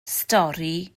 stori